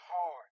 hard